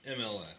MLS